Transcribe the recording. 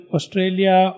Australia